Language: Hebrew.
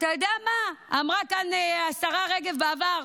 אתה יודע מה, אמרה כאן השרה רגב בעבר: